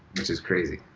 which is crazy.